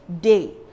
day